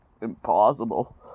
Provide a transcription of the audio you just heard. impossible